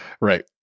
right